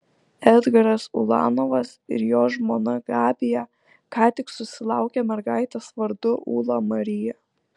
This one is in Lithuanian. edgaras ulanovas ir jo žmona gabija ką tik susilaukė mergaitės vardu ūla marija